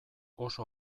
oso